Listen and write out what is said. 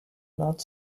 not